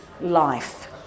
life